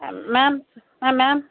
ma'am ஆ ma'am